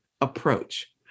approach